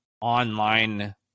online